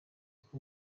uko